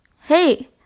hey